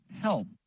help